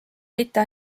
mitte